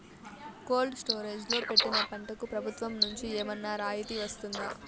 Cold storage లో పెట్టిన పంటకు ప్రభుత్వం నుంచి ఏమన్నా రాయితీ వస్తుందా?